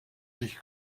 sich